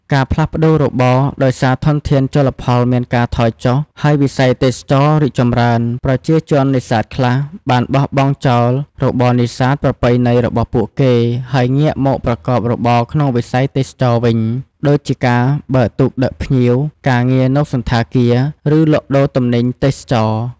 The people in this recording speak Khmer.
ការផ្លាស់ប្តូររបរ ដោយសារធនធានជលផលមានការថយចុះ ហើយវិស័យទេសចរណ៍រីកចម្រើន ប្រជាជននេសាទខ្លះបាន បោះបង់ចោលរបរនេសាទ ប្រពៃណីរបស់ពួកគេ ហើយងាកមកប្រកបរបរក្នុងវិស័យទេសចរណ៍វិញ ដូចជាការបើកទូកដឹកភ្ញៀវ ការងារនៅសណ្ឋាគារ ឬលក់ដូរទំនិញទេសចរណ៍។